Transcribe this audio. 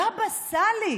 הבבא סאלי